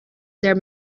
der